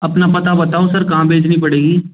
अपना पता बताओ सर कहाँ भेजनी पड़ेगी